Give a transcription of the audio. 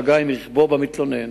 פנים ביום ח' באב התשס"ט (29 ביולי 2009):